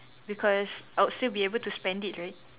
because I would still be able to spend it right